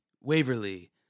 Waverly